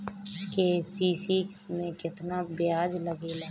KCC में केतना ब्याज लगेला?